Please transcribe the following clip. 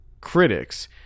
critics